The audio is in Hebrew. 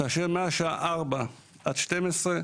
ומהשעה 16:00 עד 24:00